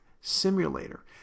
simulator